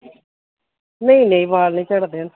नेईं नेईं बाल नीं चढ़दे हैन